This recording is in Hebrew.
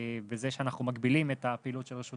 בזה שאנחנו מגבילים את הפעילות של רשות